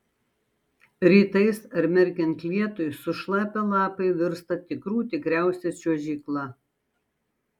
rytais ar merkiant lietui sušlapę lapai virsta tikrų tikriausia čiuožykla